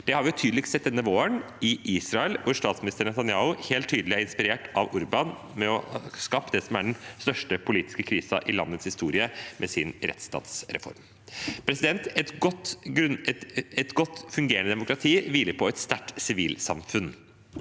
Det har vi tydeligst sett denne våren i Israel, hvor statsminister Netanyahu – helt tydelig inspirert av Orbán – har skapt det som er den største politiske krisen i landets historie med sin rettsstatsreform. Et godt fungerende demokrati hviler på et sterkt sivilsamfunn.